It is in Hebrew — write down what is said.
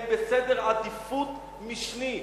הם בעדיפות משנית.